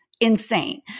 insane